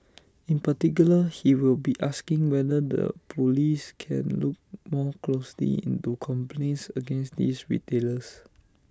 in particular he will be asking whether the Police can look more closely into complaints against these retailers